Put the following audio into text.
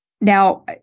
now